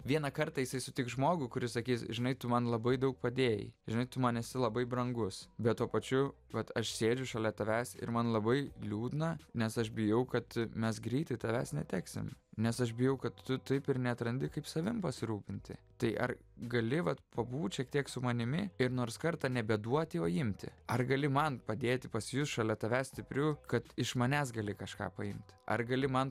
vieną kartą jisai sutiks žmogų kuris sakys žinai tu man labai daug padėjai žinai tu man esi labai brangus bet tuo pačiu vat aš sėdžiu šalia tavęs ir man labai liūdna nes aš bijau kad mes greitai tavęs neteksim nes aš bijau kad tu taip ir neatrandi kaip savim pasirūpinti tai ar gali vat pabūt šiek tiek su manimi ir nors kartą nebe duoti o imti ar gali man padėti pasijust šalia tavęs stipriu kad iš manęs gali kažką paimt ar gali man